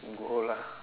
go lah